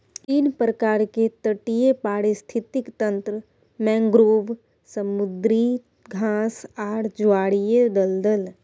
तीन प्रकार के तटीय पारिस्थितिक तंत्र मैंग्रोव, समुद्री घास आर ज्वारीय दलदल